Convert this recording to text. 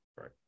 right